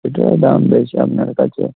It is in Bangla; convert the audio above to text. এটারও দাম বেশি আপনার কাছে